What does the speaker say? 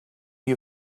you